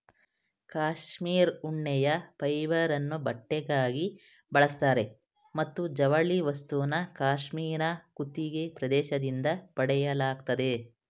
cashmere ಉಣ್ಣೆಯ ಫೈಬರನ್ನು ಬಟ್ಟೆಗಾಗಿ ಬಳಸ್ತಾರೆ ಮತ್ತು ಜವಳಿ ವಸ್ತುನ ಕ್ಯಾಶ್ಮೀರ್ನ ಕುತ್ತಿಗೆ ಪ್ರದೇಶದಿಂದ ಪಡೆಯಲಾಗ್ತದೆ